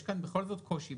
יש כאן בכל זאת קושי.